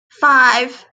five